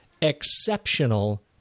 exceptional